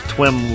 Twim